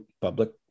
public